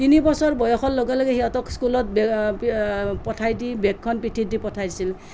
তিনি বছৰ বয়সৰ লগে লগে সিহঁতক স্কুলত পঠাই দি বেগখন পিঠিত দি পঠাইছিল